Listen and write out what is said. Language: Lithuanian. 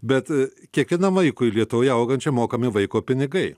bet kiekvienam vaikui lietuvoje augančiam mokami vaiko pinigai